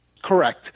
Correct